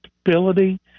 stability